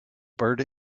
bird